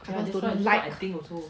to like